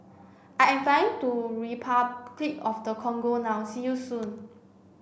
I am flying to Repuclic of the Congo now see you soon